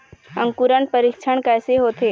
अंकुरण परीक्षण कैसे होथे?